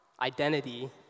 identity